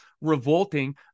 revolting